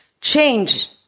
change